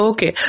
Okay